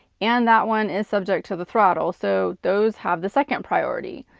and that one is subject to the throttle. so, those have the second priority.